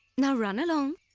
now run along!